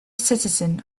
citizen